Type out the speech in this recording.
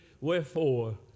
wherefore